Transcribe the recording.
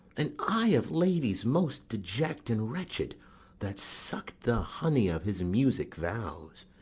and i, of ladies most deject and wretched that suck'd the honey of his music vows,